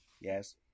Yes